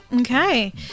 Okay